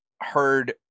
heard